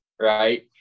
Right